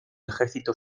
ejército